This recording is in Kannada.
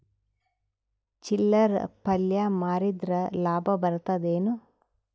ಚಿಲ್ಲರ್ ಪಲ್ಯ ಮಾರಿದ್ರ ಲಾಭ ಬರತದ ಏನು?